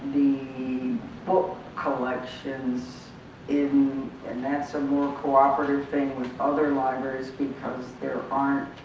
the book collections in and that's a more cooperative thing with other libraries because there aren't,